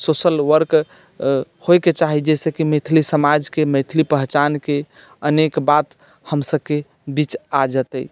social work होइके चाही जाहिसँ कि मैथिली समाजके मैथिली पहचानके अनेक बात हमसभके बीच आ जेतै